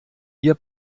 ihr